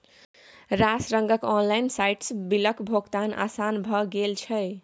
रास रंगक ऑनलाइन साइटसँ बिलक भोगतान आसान भए गेल छै